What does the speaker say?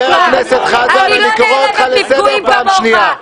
חברת הכנסת תמנו, אני קורא אותך לסדר פעם שניה.